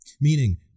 Meaning